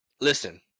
listen